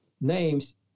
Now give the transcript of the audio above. names